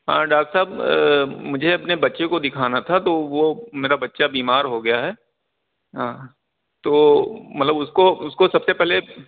ہاں ڈاکٹر صاحب مجھے اپنے بچے کو دکھانا تھا تو وہ میرا بچہ بیمار ہو گیا ہے ہاں تو مطلب اس کو اس کو سب سے پہلے